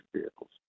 vehicles